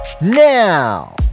Now